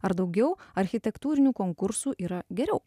ar daugiau architektūrinių konkursų yra geriau